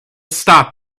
stop